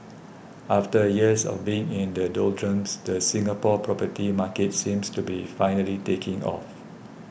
after years of being in the doldrums the Singapore property market seems to be finally taking off